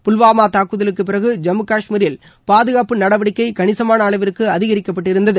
புல்வாமா தாக்குதலுக்கு பிறகு ஜம்மு காஷ்மீரில் பாதுகாட்பு நடவடிக்கை கனிசமான அளவிற்கு அதிகரிக்கப்பட்டிருந்தது